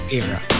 era